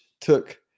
took